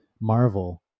Marvel